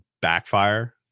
backfire